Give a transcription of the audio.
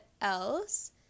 else